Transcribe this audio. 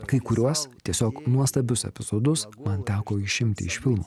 kai kuriuos tiesiog nuostabius epizodus man teko išimti iš filmo